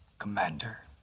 commander.